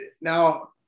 Now